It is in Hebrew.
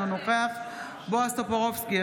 אינו נוכח בועז טופורובסקי,